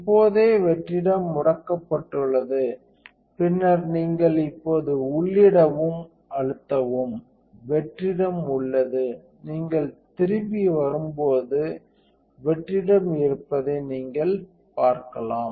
இப்போதே வெற்றிடம் முடக்கப்பட்டுள்ளது பின்னர் நீங்கள் இப்போது உள்ளிடவும் அழுத்தவும் வெற்றிடம் உள்ளது நீங்கள் திரும்பி வரும்போது வெற்றிடம் இருப்பதை நீங்கள் பார்க்கலாம்